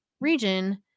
region